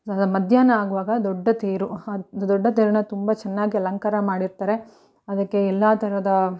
ಮಧ್ಯಾಹ್ನ ಆಗುವಾಗ ದೊಡ್ಡ ತೇರು ಆ ದೊಡ್ಡ ತೇರನ್ನು ತುಂಬ ಚೆನ್ನಾಗಿ ಅಲಂಕಾರ ಮಾಡಿರ್ತಾರೆ ಅದಕ್ಕೆ ಎಲ್ಲ ಥರದ